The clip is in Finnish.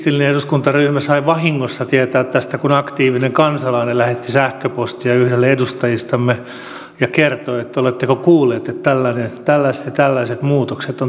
kristillinen eduskuntaryhmä sai vahingossa tietää tästä kun aktiivinen kansalainen lähetti sähköpostia yhdelle edustajistamme ja kertoi että oletteko kuulleet että tällaiset ja tällaiset muutokset ovat tekeillä